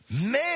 Man